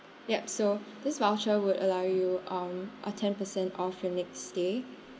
yup so this voucher would allow you um a ten percent off your next stay